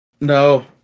No